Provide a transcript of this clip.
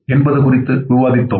என்பது குறித்து விவாதித்தோம்